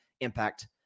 impact